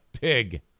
pig